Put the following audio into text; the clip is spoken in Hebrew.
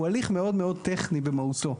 הוא הליך מאוד מאוד טכני במהותו.